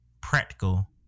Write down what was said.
practical